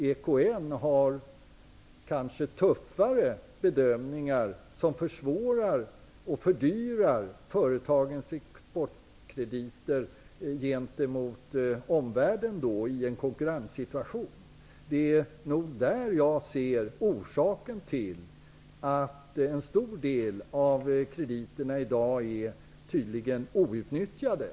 EKN gör kanske tuffare bedömningar som i en konkurrenssituation försvårar och fördyrar företagens exportkrediter gentemot omvärlden. Det är där jag ser anledningen till att en stor del av krediterna i dag tydligen är outnyttjade.